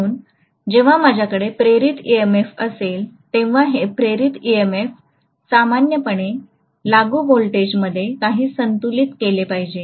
म्हणून जेव्हा माझ्याकडे प्रेरित EMF असेल तेव्हा हे प्रेरित EMF सामान्यपणे लागू व्होल्टेजमध्ये काही संतुलित केले पाहिजे